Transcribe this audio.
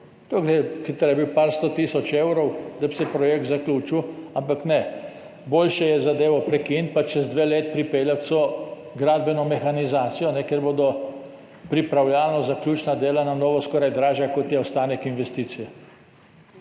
Tu gre za, treba bi bilo nekaj 100 tisoč evrov, da bi se projekt zaključil, ampak ne, boljše je zadevo prekiniti pa čez dve leti pripeljati vso gradbeno mehanizacijo, kjer bodo pripravljalno-zaključna dela na novo skoraj dražja, kot je ostanek investicije.